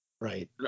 right